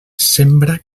sembra